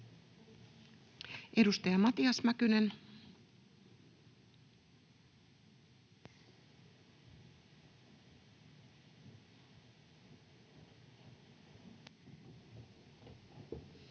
Edustaja Matias Mäkynen.